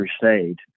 crusade